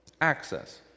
access